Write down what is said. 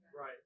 Right